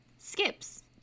skips